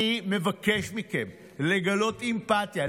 אני מבקש מכם לגלות אמפתיה,